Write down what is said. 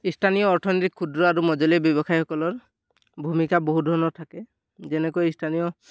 স্থানীয় অৰ্থনীতিত ক্ষুদ্ৰ আৰু মজলীয়া ব্যৱসায়ীসকলৰ ভূমিকা বহু ধৰণৰ থাকে যেনেকৈ স্থানীয়